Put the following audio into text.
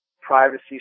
privacy